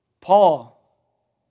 Paul